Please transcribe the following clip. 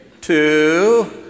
two